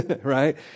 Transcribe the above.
right